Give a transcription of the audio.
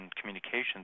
communications